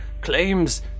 claims